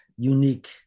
unique